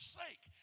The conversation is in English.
sake